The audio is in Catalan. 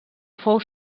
fou